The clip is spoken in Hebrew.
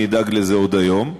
אדאג לזה עוד היום.